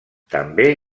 també